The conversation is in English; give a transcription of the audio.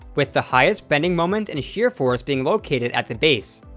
with the highest bending moment and shear force being located at the base.